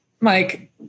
Mike